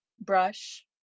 brush